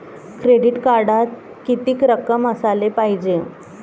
Credit कार्डात कितीक रक्कम असाले पायजे?